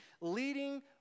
leading